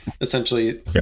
Essentially